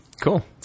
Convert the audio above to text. Cool